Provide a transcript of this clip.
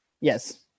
Yes